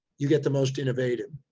you get the most innovative.